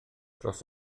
dros